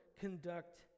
conduct